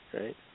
right